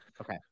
Okay